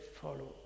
follow